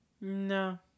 No